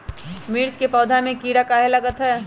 मिर्च के पौधा में किरा कहे लगतहै?